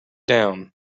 down